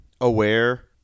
aware